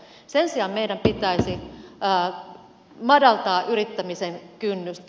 sen sijaan meidän pitäisi madaltaa yrittämisen kynnystä